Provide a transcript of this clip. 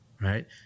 right